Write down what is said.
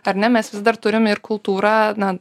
ar ne mes vis dar turim ir kultūrą na